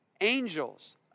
angels